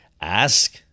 ask